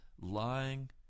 lying